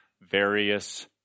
various